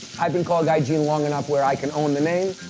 i've been called gaijin long enough where i can own the name.